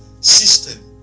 system